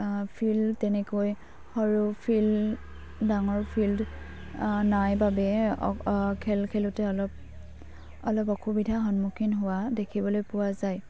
field তেনেকৈ সৰু field ডাঙৰ ফিল্ড নাই বাবে খেল খেলোঁতে অলপ অলপ অসুবিধা সন্মুখীন হোৱা দেখিবলৈ পোৱা যায়